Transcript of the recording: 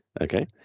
Okay